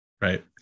Right